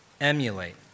emulate